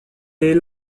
est